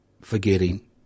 forgetting